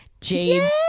jade